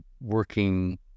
working